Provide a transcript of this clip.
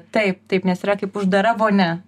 taip taip nes yra kaip uždara vonia